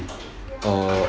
uh